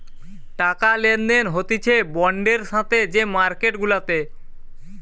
টাকা লেনদেন হতিছে বন্ডের সাথে যে মার্কেট গুলাতে